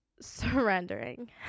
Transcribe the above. surrendering